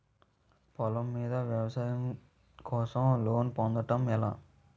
పొలం మీద వ్యవసాయం కోసం లోన్ పొందటం ఎలా?